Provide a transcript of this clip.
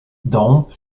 dąb